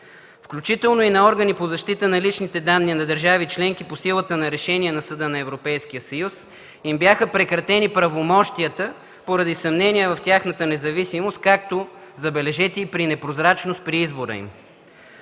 включително и на органи по защита на личните данни на държави членки по силата на решение на Съда на Европейския съюз им бяха прекратени правомощията поради съмнения в тяхната независимост, както, забележете, и при непрозрачност при избора им.